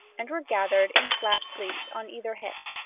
and were gathered in flat pleats on either hip.